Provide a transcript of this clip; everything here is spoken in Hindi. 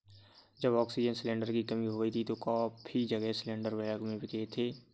जब ऑक्सीजन सिलेंडर की कमी हो गई थी तो काफी जगह सिलेंडरस ब्लैक में बिके थे